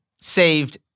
saved